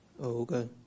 Okay